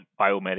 biomedical